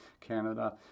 Canada